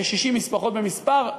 כ-60 משפחות במספר,